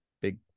big